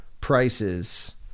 prices